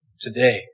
today